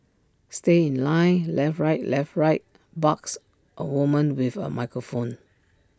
stay in line left right left right barks A woman with A microphone